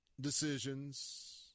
decisions